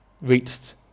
reached